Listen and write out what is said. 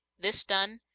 this done,